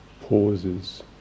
pauses